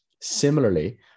similarly